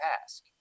task